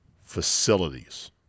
facilities